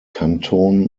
canton